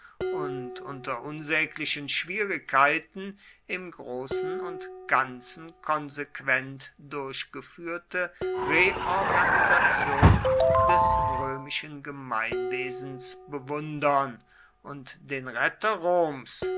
und unter unsäglichen schwierigkeiten im großen und ganzen konsequent durchgeführte reorganisation des römischen gemeinwesens bewundern und den retter roms